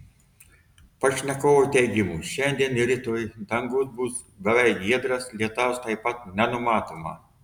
pašnekovo teigimu šiandien ir rytoj dangus bus beveik giedras lietaus taip pat nenumatoma